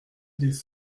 des